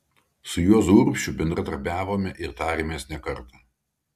su juozu urbšiu bendradarbiavome ir tarėmės ne kartą